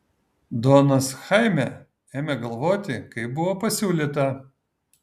donas chaime ėmė galvoti kaip buvo pasiūlyta